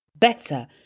better